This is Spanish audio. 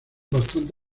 bastante